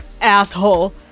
asshole